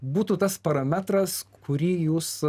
būtų tas parametras kurį jūs